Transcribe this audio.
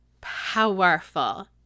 powerful